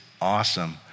awesome